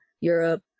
europe